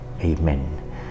amen